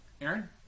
Aaron